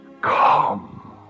Come